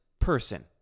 person